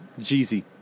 Jeezy